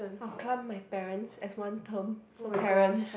I'll clump my parents as one term so parents